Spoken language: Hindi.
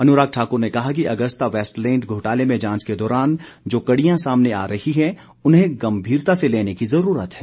अनुराग ठाक्र ने कहा कि अगस्ता वैस्टलैंड घोटाले में जांच के दौरान जो कड़ियां सामने आ रही उन्हें गंभीरता से लेने की जरूरत है